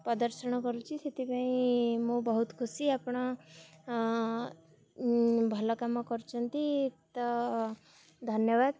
ପ୍ରଦର୍ଶନ କରୁଛି ସେଥିପାଇଁ ମୁଁ ବହୁତ ଖୁସି ଆପଣ ଭଲ କାମ କରୁଛନ୍ତି ତ ଧନ୍ୟବାଦ